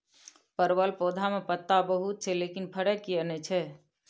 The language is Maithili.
परवल पौधा में पत्ता बहुत छै लेकिन फरय किये नय छै?